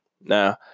Now